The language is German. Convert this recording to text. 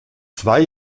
zwei